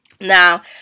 Now